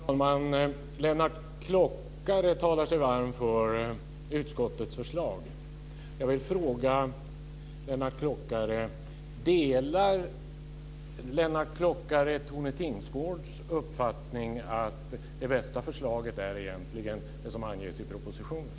Fru talman! Lennart Klockare talar sig varm för utskottets förslag. Jag vill fråga Lennart Klockare: Delar Lennart Klockare Tone Tingsgårds uppfattning att det bästa förslaget egentligen är det som anges i propositionen?